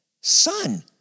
son